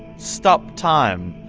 stop time?